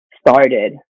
started